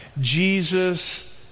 Jesus